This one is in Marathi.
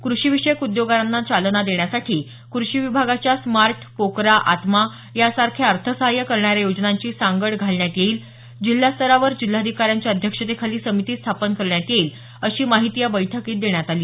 कृषी विषयक उद्योगांना चालना देण्यासाठी कृषी विभागाच्या स्मार्ट पोकरा आत्मा यासारख्या अर्थ सहाय्य करणाऱ्या योजनांची सांगड घालण्यात येईल जिल्हास्तरावर जिल्हाधिकाऱ्यांच्या अध्यक्षतेखाली समिती स्थापन करण्यात येईल अशी माहिती या बैठकीत देण्यात आली